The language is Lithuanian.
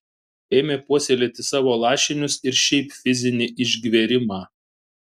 ėmė puoselėti savo lašinius ir šiaip fizinį išgverimą